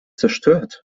zerstört